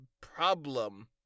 problem